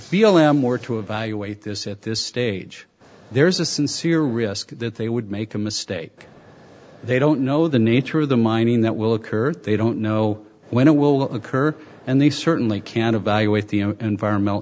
feel them more to evaluate this at this stage there's a sincere risk that they would make a mistake they don't know the nature of the mining that will occur they don't know when it will occur and they certainly can't evaluate the environmental